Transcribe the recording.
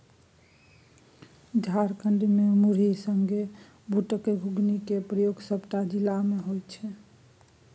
झारखंड मे मुरही संगे बुटक घुघनी केर प्रयोग सबटा जिला मे होइ छै